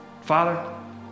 Father